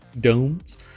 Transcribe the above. domes